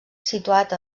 situat